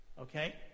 Okay